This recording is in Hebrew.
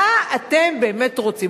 מה אתם באמת רוצים?